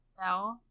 No